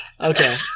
Okay